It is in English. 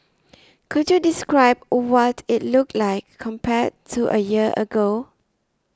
could you describe what it looked like compared to a year ago